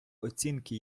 оцінки